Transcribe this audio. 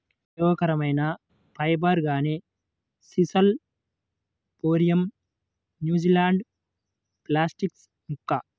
ఉపయోగకరమైన ఫైబర్, కానీ sisal phormium, New Zealand flax yucca